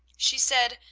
she said,